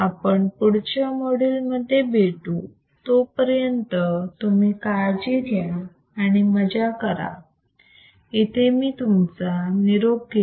आपण पुढच्या मॉड्यूल मध्ये भेटू तोपर्यंत तुम्ही काळजी घ्या आणि मजा करा इथे मी तुमचा निरोप घेते